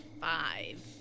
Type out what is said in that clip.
five